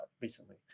recently